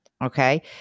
Okay